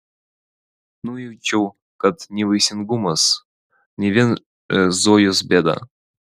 nujaučiau kad nevaisingumas ne vien zojos bėda